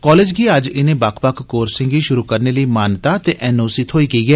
college गी अज्ज इनें बक्ख बक्ख कौर्सें गी शुरू करने लेई मान्यता ते एनओसी थ्होई गेई ऐ